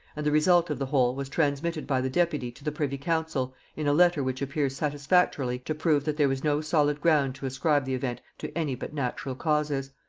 and the result of the whole was transmitted by the deputy to the privy-council in a letter which appears satisfactorily to prove that there was no solid ground to ascribe the event to any but natural causes.